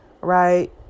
right